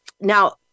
now